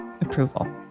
approval